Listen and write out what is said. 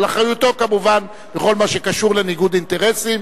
על אחריותו כמובן בכל מה שקשור לניגוד אינטרסים.